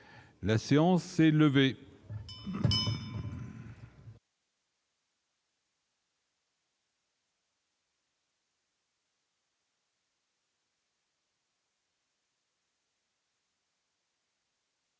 la séance est levée.